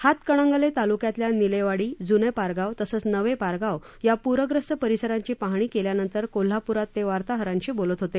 हातकंणगले तालुक्यातल्या निलेवाडी जुने पारगाव तसंच नवे पारगाव या पूरग्रस्त परिसरांची पाहणी केल्यानंतर कोल्हापूरात ते वार्ताहरांशी बोलत होते